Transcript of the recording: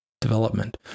development